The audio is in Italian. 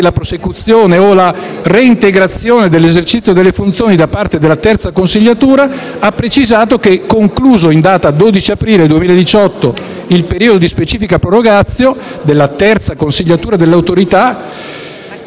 la prosecuzione o la reintegrazione dell'esercizio delle funzioni da parte della terza consiliatura, ha precisato che, concluso in data 12 aprile 2018 il periodo di specifica *prorogatio* della terza consiliatura dell'Autorità,